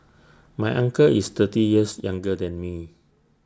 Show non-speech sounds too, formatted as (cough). (noise) my uncle is thirty years younger than me